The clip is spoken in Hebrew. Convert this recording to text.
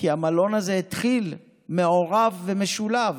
כי המלון הזה התחיל מעורב ומשולב.